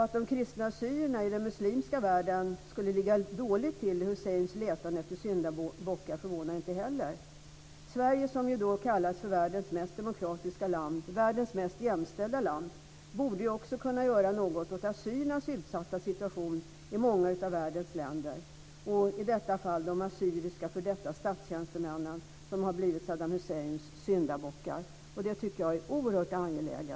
Att de kristna assyrierna i den muslimska världen skulle ligga dåligt till i Husseins letande efter syndabockar förvånar inte heller. Sverige, som kallas för världens mest demokratiska land och världens mest jämställda land, borde också kunna göra något åt assyriernas utsatta situation i många av världens länder - i detta fall de assyriska f.d. statstjänstemän som har blivit Saddam Husseins syndabockar. Det tycker jag är oerhört angeläget.